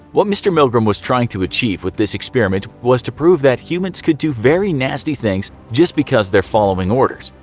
what mr. milgram was trying to achieve with this experiment was to prove that humans can do very nasty things just because they are following orders.